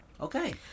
Okay